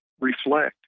reflect